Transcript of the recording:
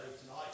tonight